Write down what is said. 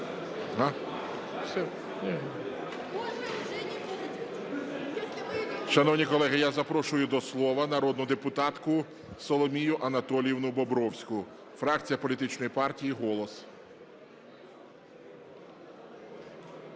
Шановні колеги, я запрошую до слова народну депутатку Соломію Анатоліївну Бобровську, фракція політичної партії "Голос".